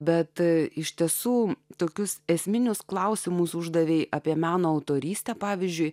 bet iš tiesų tokius esminius klausimus uždavei apie meno autorystę pavyzdžiui